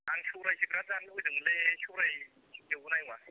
आं सौराय बिराद जानो लुबैदोंमोनलै सौराय एवगोना एवा